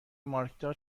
مارکدار